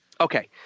Okay